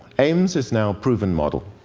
aims is now a proven model.